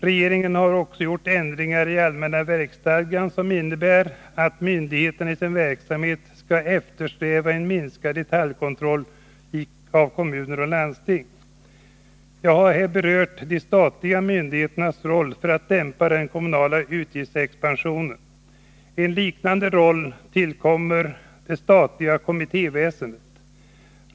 Regeringen har också gjort ändringar i allmänna verksstadgan, som innebär att myndigheterna i sin verksamhet skall eftersträva en minskad detaljkontroll av kommuner och landsting. Jag har här berört de statliga myndigheternas roll för att dämpa den kommunala utgiftsexpansionen. En liknande roll tillkommer det statliga kommittéväsendet.